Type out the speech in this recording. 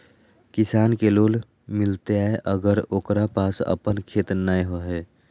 किसान के लोन मिलताय अगर ओकरा पास अपन खेत नय है?